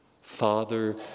Father